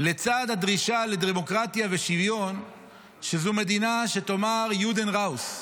לצד הדרישה לדמוקרטיה ושוויון הוא שזו מדינה שתאמר "יודן ראוס",